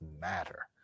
matter